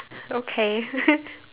okay